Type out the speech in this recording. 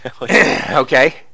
Okay